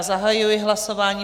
Zahajuji hlasování.